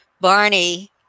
Barney